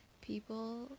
people